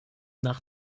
nach